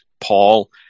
Paul